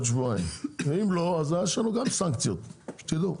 אם לא, אז גם לנו יש סנקציות, שתדעו.